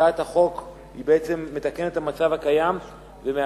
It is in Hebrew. הצעת החוק בעצם מתקנת את המצב הקיים ומאפשרת